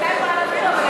הייתה יכולה להביא גם,